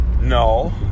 No